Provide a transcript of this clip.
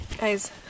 Guys